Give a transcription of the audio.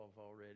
already